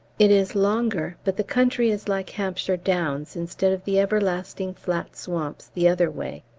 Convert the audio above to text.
it is longer, but the country is like hampshire downs, instead of the everlasting flat swamps the other way.